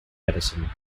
medicine